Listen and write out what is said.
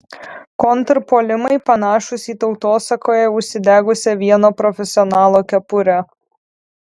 kontrpuolimai panašūs į tautosakoje užsidegusią vieno profesionalo kepurę